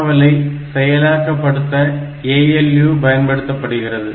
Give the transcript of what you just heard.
தகவலை செயலாக்கப்படுத்த ALU பயன்படுத்தப்படுகிறது